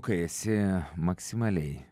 kai esi maksimaliai